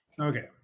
Okay